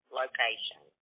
location